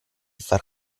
far